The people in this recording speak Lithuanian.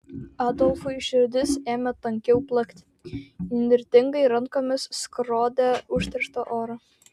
adolfui širdis ėmė tankiau plakti įnirtingai rankomis skrodė užterštą orą